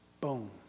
Boom